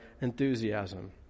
enthusiasm